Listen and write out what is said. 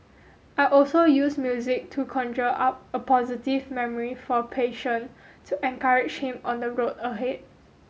I also use music to conjure up a positive memory for a patient to encourage him on the road ahead